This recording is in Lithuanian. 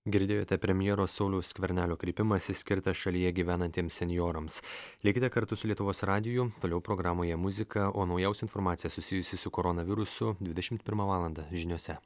girdėjote premjero sauliaus skvernelio kreipimąsi skirtą šalyje gyvenantiems senjorams likite kartu su lietuvos radiju vėliau programoje muzika o naujausia informacija susijusi su koronavirusu dvidešimt pirmą valandą žiniose